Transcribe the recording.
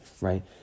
right